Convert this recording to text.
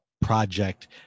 project